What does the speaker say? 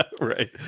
Right